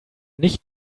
nicht